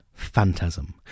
Phantasm